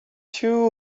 too